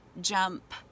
jump